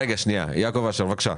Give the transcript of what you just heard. רגע שנייה, יעקב אשר, בבקשה.